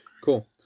cool